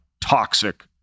toxic